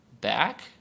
back